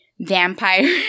vampire